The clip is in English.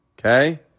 Okay